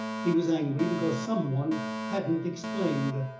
he was angry because some one hadn't explained.